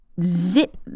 zip